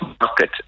market